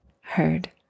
heard